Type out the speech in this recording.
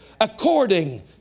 according